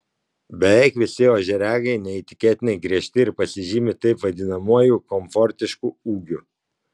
beveik visi ožiaragiai neįtikėtinai griežti ir pasižymi taip vadinamuoju komfortišku ūgiu